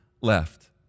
left